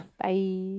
Bye